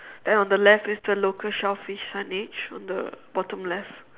then on the left is the local shellfish signage on the bottom left